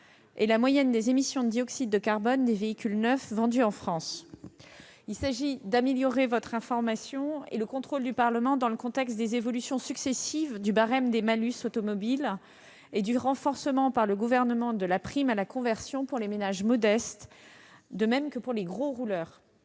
et la moyenne des émissions de dioxyde de carbone des véhicules neufs vendus en France. Il s'agit d'améliorer l'information et le contrôle du Parlement dans le contexte des évolutions successives du barème du malus automobile et du renforcement par le Gouvernement de la prime à la conversion pour les ménages modestes, de même que pour les gros rouleurs.